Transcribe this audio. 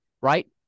right